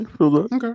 Okay